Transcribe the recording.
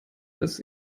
das